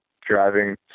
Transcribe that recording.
driving